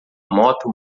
moto